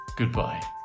Goodbye